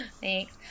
Thanks